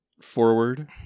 forward